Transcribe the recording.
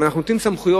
ואנחנו נותנים סמכויות,